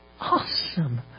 Awesome